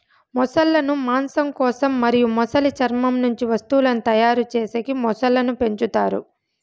మొసళ్ళ ను మాంసం కోసం మరియు మొసలి చర్మం నుంచి వస్తువులను తయారు చేసేకి మొసళ్ళను పెంచుతారు